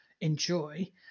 enjoy